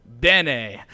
Bene